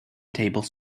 table